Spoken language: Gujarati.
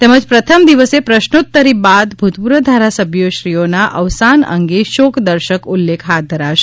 તેમજ પ્રથમ દિવસે પ્રશ્નોત્તરી બાદ ભૂતપૂર્વ ધારાસભ્યશ્રી ઓના અવસાન અંગે શોકદર્શક ઉલ્લેખ હાથ ધરાશે